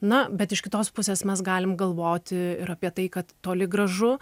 na bet iš kitos pusės mes galim galvoti ir apie tai kad toli gražu